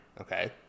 Okay